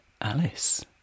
Alice